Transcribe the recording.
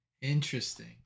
interesting